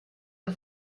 ein